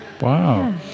Wow